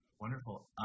Wonderful